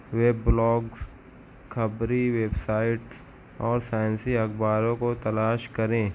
web blogs خبری websites اور سائنسی اخباروں کو تلاش کریں